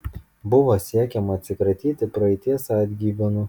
buvo siekiama atsikratyti praeities atgyvenų